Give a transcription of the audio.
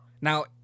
Now